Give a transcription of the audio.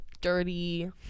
dirty